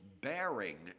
bearing